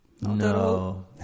No